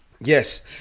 Yes